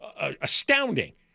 astounding